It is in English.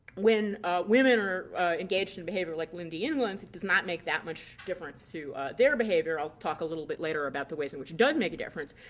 when women are engaged in behavior like lynndie england's, it does not make that much difference to their behavior. i'll talk a little bit later about the ways in which does make a difference.